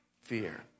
fear